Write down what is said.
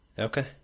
Okay